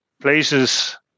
places